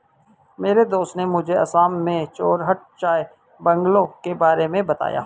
मेरे दोस्त ने मुझे असम में जोरहाट चाय बंगलों के बारे में बताया